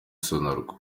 sonarwa